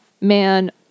man